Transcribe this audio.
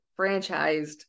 franchised